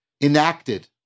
enacted